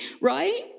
right